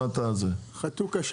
אני שלום חתוקה,